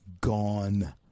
gone